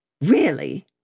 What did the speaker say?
Really